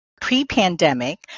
Pre-pandemic